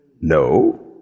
No